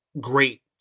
great